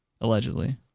Allegedly